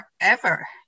forever